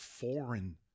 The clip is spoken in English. foreign